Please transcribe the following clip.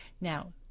now